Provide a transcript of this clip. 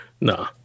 Nah